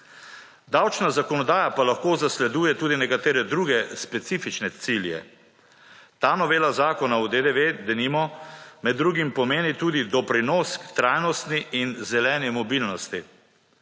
Davčna zakonodaja pa lahko zasleduje tudi nekatere druge specifične cilje ta novela Zakona o DDV denimo med drugim pomeni tudi doprinos k trajnostni in zelene mobilnosti.